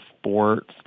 sports